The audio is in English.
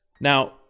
Now